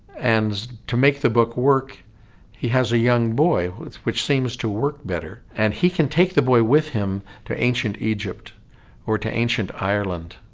and to make the book work he has a young boy with which seems to work better and he can take the boy with him to ancient egypt or to ancient ireland